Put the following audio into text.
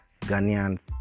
Ghanians